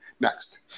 next